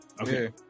Okay